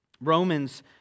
Romans